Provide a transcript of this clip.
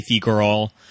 girl